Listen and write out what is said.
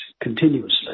continuously